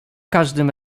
każdym